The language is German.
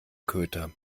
köter